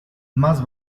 más